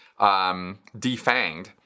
defanged